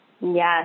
Yes